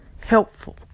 Helpful